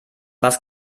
was